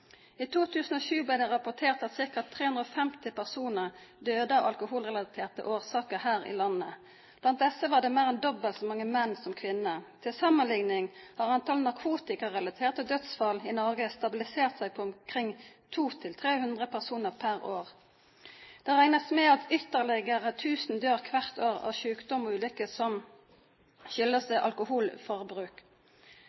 I 2007 ble det rapportert at ca. 350 personer døde av alkoholrelaterte årsaker her i landet. Blant disse var det mer enn dobbelt så mange menn som kvinner. Til sammenligning har antall narkotikarelaterte dødsfall i Norge stabilisert seg på omkring 200–300 personer per år. Det regnes med at ytterligere 1 000 dør hvert år av sykdommer og ulykker som